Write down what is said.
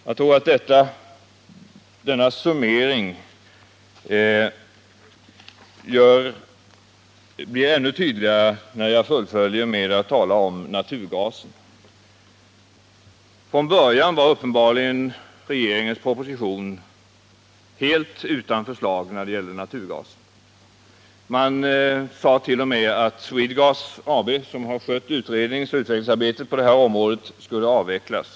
Jag tror att denna summering blir ännu tydligare när jag fullföljer med att tala om naturgasen. Från början var regeringens proposition uppenbarligen helt utan förslag när det gäller naturgas. Man sade t.o.m. att Swedegas AB, som har skött utredningsoch utvecklingsarbetet på detta område, skulle avvecklas.